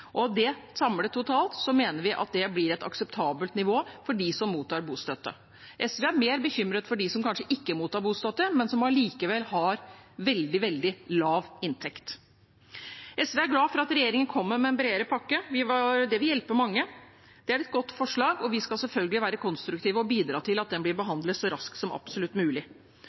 Samlet og totalt mener vi at det blir et akseptabelt nivå for dem som mottar bostøtte. SV er mer bekymret for dem som kanskje ikke mottar bostøtte, men som allikevel har veldig, veldig lav inntekt. SV er glad for at regjeringen kommer med en bredere pakke. Det vil hjelpe mange. Det er et godt forslag, og vi skal selvfølgelig være konstruktive og bidra til at den blir behandlet så raskt som absolutt mulig.